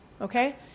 Okay